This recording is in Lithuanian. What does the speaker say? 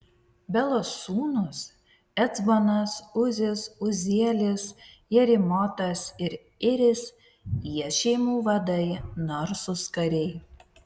belos sūnūs ecbonas uzis uzielis jerimotas ir iris jie šeimų vadai narsūs kariai